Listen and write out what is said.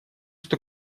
что